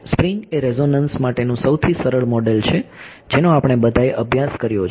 spring એ resonance માટેનું સૌથી સરળ મોડેલ છે જેનો આપણે બધાએ અભ્યાસ કર્યો છે